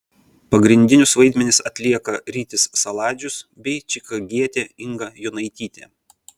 pagrindinius vaidmenis atlieka rytis saladžius bei čikagietė inga jonaitytė